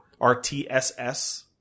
RTSS